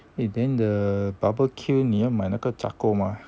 eh then the barbecue 你要买那个 charcoal 吗